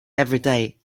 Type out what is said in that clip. everyday